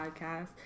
podcast